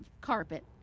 carpet